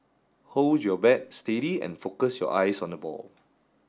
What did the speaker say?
hold your bat steady and focus your eyes on the ball